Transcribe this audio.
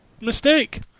mistake